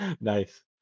Nice